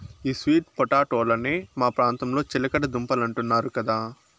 ఈ స్వీట్ పొటాటోలనే మా ప్రాంతంలో చిలకడ దుంపలంటున్నారు కదా